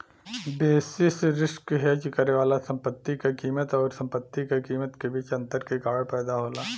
basis risk hedge करे वाला संपत्ति क कीमत आउर संपत्ति क कीमत के बीच अंतर के कारण पैदा होला